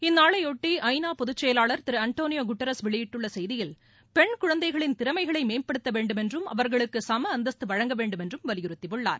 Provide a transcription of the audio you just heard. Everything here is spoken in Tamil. இந்நாளையொட்டி ஐ நா பொதுச்செயலாள் திரு ஆண்டோளியோ குட்டாரஸ் வெளியிட்டுள்ள செய்தியில் பென் குழந்தைகளின் திறமைகளை மேம்படுத்த வேண்டுமென்றும் அவர்களுக்கு சம அந்தஸ்து வழங்க வேண்டுமென்றும் வலியுறுத்தியுள்ளார்